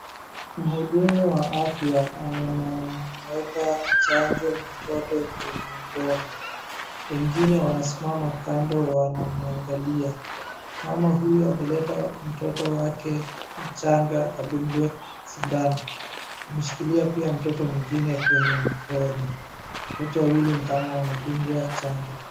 Mhudumu wa afya anamweka chanjo mtoto kwenye mdomo wengine wanasimama kando wanamwangalia. Mama huyu ameleta mtoto wake mchanga adungwe sindano ameshikilia pia mtoto mwingine kwenye mkono wote wawili ni kama wanadungwa chanjo.